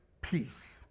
peace